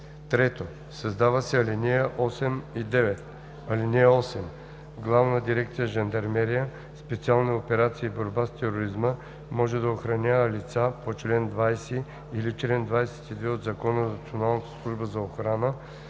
7. 3. Създават се ал. 8 и 9: „(8) Главна дирекция „Жандармерия, специални операции и борба с тероризма“ може да охранява и лицата по чл. 20 или чл. 22 от Закона за Националната служба за охрана